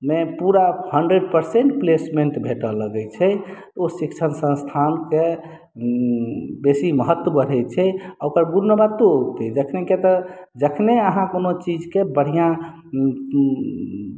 मे पूरा hundred percent placement भेटय लगैत छै ओहि शिक्षण संस्थानके बेसी महत्व बढ़ैत छै आओर ओकर गुणवत्तो औतै तखन कियाक तऽ जखनहि अहाँ कोनो चीजके बढ़िआँ